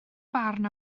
barn